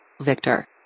Victor